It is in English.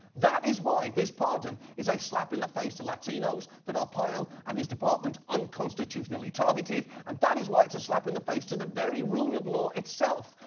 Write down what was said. that is why this pardon is a slap in the face to latinos that arpaio and his department unconstitutionally targeted, and that is why it's a slap in the face to the very rule of law itself.